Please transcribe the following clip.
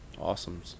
Awesome